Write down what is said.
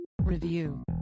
Review